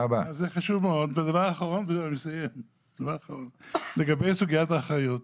ודבר אחרון, לגבי סוגיית האחריות,